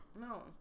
No